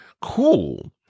cool